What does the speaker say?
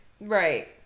Right